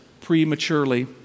prematurely